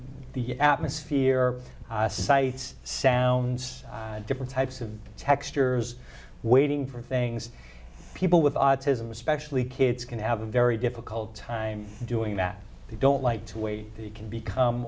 the atmosphere sights sounds and different types of textures waiting for things people with autism especially kids can have a very difficult time doing that they don't like to wait it can become